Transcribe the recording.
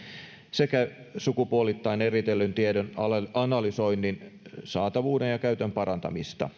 sekä sukupuolittain eritellyn tiedon analysoinnin saatavuuden ja käytön parantamista